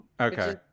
Okay